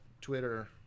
Twitter